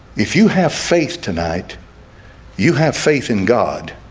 if you have faith tonight you have faith in god